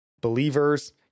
believers